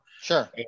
Sure